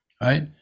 Right